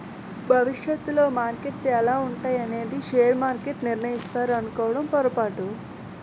భవిష్యత్తులో మార్కెట్లు ఎలా ఉంటాయి అనేది షేర్ మార్కెట్లు నిర్ణయిస్తాయి అనుకోవడం పొరపాటు